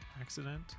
accident